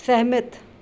ਸਹਿਮਤ